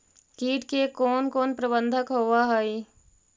किट के कोन कोन प्रबंधक होब हइ?